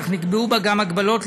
אך נקבעו בה גם הגבלות,